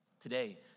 Today